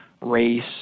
race